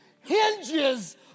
hinges